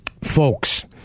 Folks